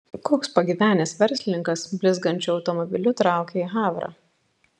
koks pagyvenęs verslininkas blizgančiu automobiliu traukia į havrą